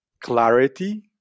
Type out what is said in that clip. Clarity